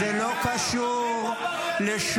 --- זה לא קשור -- הם עבריינים.